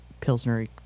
Pilsner